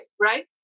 right